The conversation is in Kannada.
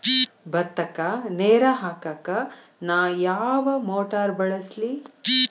ಭತ್ತಕ್ಕ ನೇರ ಹಾಕಾಕ್ ನಾ ಯಾವ್ ಮೋಟರ್ ಬಳಸ್ಲಿ?